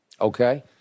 Okay